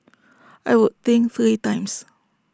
I would think three times